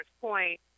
Point